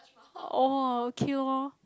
!wah! okay loh